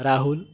Rahul